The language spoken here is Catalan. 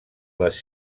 les